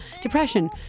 Depression